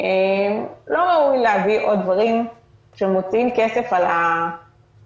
לא ראוי להביא עוד דברים כשמוציאים כסף על התקורות.